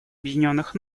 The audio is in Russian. объединенных